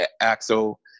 Axel